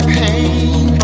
pain